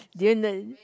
do you know